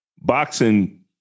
Boxing